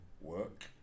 work